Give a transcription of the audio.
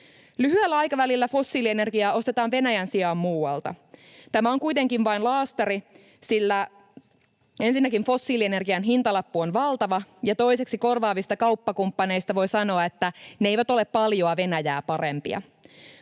Lyhyellä aikavälillä fossiilienergiaa ostetaan Venäjän sijaan muualta. Tämä on kuitenkin vain laastari, sillä ensinnäkin fossiilienergian hintalappu on valtava ja toiseksi korvaavista kauppakumppaneista voi sanoa, että ne eivät ole paljoa Venäjää parempia.